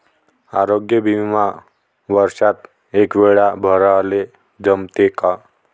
आरोग्य बिमा वर्षात एकवेळा भराले जमते का?